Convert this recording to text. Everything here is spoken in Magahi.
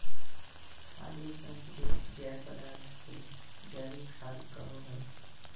खाद रूप में प्रयुक्त जैव पदार्थ के जैविक खाद कहो हइ